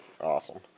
Awesome